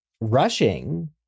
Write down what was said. rushing